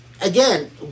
Again